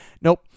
Nope